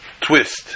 twist